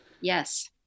Yes